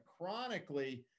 chronically